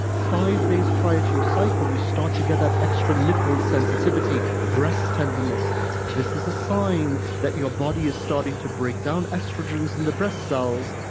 five days prior to your cycle, you start to get that extra nipple sensitivity, breast tenderness this is a sign that your body is starting to break down estrogens in the breast cells,